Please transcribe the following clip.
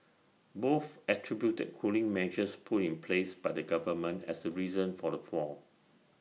both attributed cooling measures put in place by the government as the reason for the fall